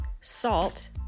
salt